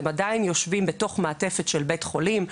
הם עדיין יושבים בתוך מעטפת של בית חולים.